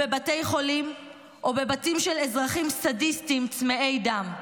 בבתי חולים או בבתים של אזרחים סדיסטים צמאי דם?